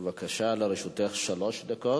בבקשה, לרשותך שלוש דקות.